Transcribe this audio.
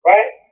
Right